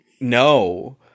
No